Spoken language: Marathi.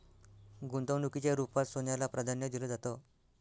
गुंतवणुकीच्या रुपात सोन्याला प्राधान्य दिलं जातं